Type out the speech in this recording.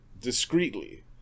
discreetly